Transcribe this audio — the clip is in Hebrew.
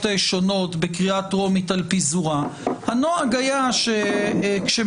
שונות בקריאה טרומית על פיזורה הנוהג היה שכאשר